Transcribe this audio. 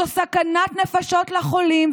זו סכנת נפשות לחולים,